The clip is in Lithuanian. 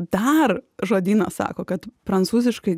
dar žodynas sako kad prancūziškai